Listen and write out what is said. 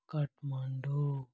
Kathmandu